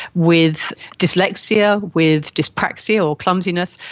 with dyslexia, with dyspraxia or clumsiness.